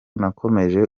nakomeje